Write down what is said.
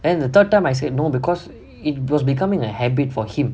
and the third time I said no because it was becoming a habit for him